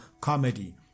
comedy